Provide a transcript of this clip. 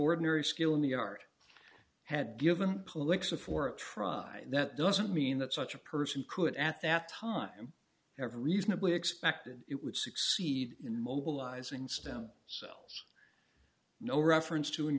ordinary skill in the art had given pulitzer for a try that doesn't mean that such a person could at that time ever reasonably expected it would succeed in mobilizing stem cells no reference to